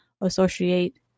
associate